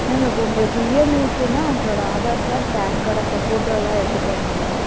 ma'am அப்போ உங்களுக்கு இஎம்ஐக்குன்னா உங்களோடய ஆதார் கார்ட் பேன் கார்ட் அப்புறம் ஃபோட்டோலாம் எடுத்துகிட்டு வரணும் மேம்